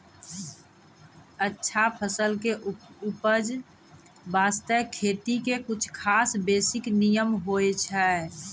अच्छा फसल के उपज बास्तं खेती के कुछ खास बेसिक नियम होय छै